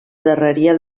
darreria